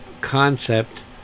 concept